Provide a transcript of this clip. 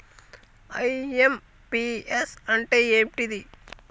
IMPS అంటే ఏంటిది?